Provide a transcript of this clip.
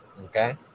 Okay